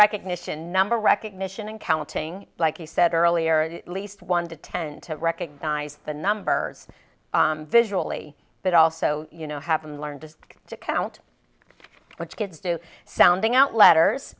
recognition number recognition and counting like you said earlier at least one to ten to recognize the numbers visually but also you know haven't learned to count which kids do sounding out letters